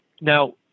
Now